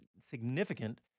significant